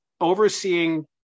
overseeing